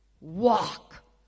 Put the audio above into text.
Walk